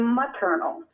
maternal